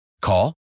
Call